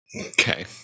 Okay